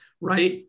right